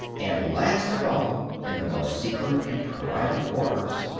and, last of all, in the most secret and private quarters,